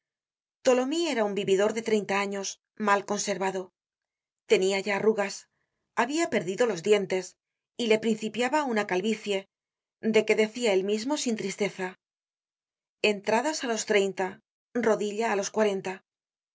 tholomyes era un vividor de treinta años mal conservado tenia ya arrugas habia perdido los dientes y le principiaba una calvicie dé que decia él mismo sin tristeza entradas á los treinta rodilla á los cuarenta